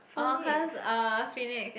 orh cause uh phoenix